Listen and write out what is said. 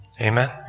Amen